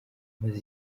amaze